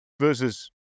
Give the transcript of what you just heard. versus